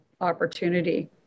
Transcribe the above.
opportunity